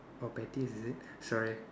oh pettiest is it sorry